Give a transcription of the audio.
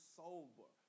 sober